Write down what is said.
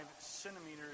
centimeters